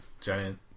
Giant